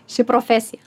ši profesija